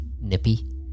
nippy